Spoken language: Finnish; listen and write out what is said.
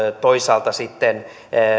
toisaalta sitten